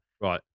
Right